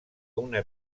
una